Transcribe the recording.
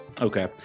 Okay